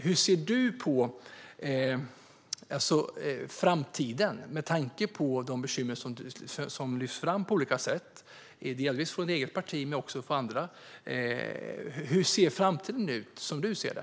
Hur ser du på framtiden, med tanke på de bekymmer som lyfts fram på olika sätt, både från ditt eget parti och från andra partier? Hur ser framtiden ut, som du ser det?